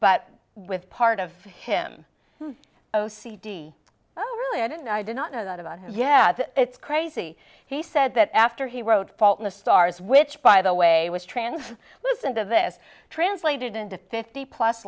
but with part of him o c d oh really i didn't i did not know that about him yeah it's crazy he said that after he wrote fault in the stars which by the way was trans listen to this translated into fifty plus